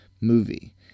movie